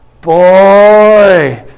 Boy